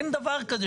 אין דבר כזה,